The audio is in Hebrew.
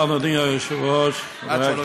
תודה, אדוני היושב-ראש, חברי הכנסת,